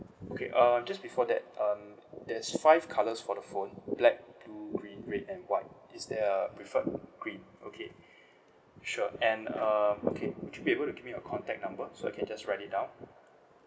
okay uh just before that um there's five colours for the phone black blue green red and white is there a preferred green okay sure and uh okay would you be able to give me your contact number so I can just write it down